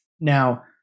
Now